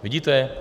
Vidíte?